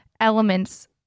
elements